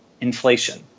inflation